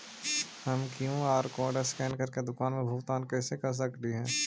हम QR code scan करके दुकान में भुगतान कैसे कर सकली हे?